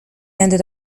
ended